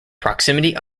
proximity